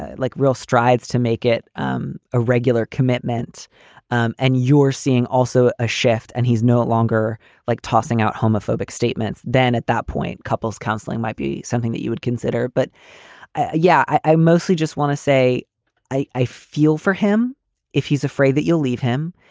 ah like real strides to make it um a regular commitment um and you're seeing also a shift and he's no longer like tossing out homophobic statements, then at that point couples counseling might be something that you would consider. but yeah, i i mostly just want to say i i feel for him if he's afraid that you'll leave him.